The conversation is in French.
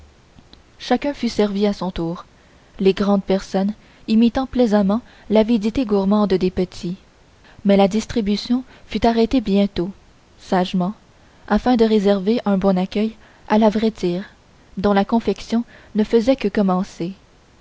chacun fut servi à son tour les grandes personnes imitant plaisamment l'avidité gourmande des petits mais la distribution fut arrêtée bientôt sagement afin de réserver un bon accueil à la vraie tire dont la confection ne faisait que commencer